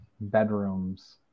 bedrooms